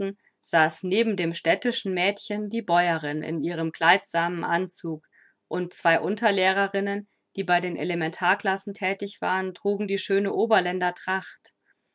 saß neben dem städtischen mädchen die bäuerin in ihrem kleidsamen anzug und zwei unterlehrerinnen die bei den elementarklassen thätig waren trugen die schöne